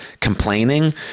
complaining